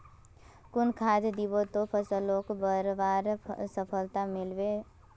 कुन खाद दिबो ते फसलोक बढ़वार सफलता मिलबे बे?